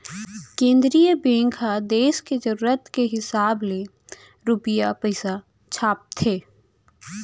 केंद्रीय बेंक ह देस के जरूरत के हिसाब ले रूपिया पइसा छापथे